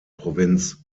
provinz